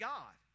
God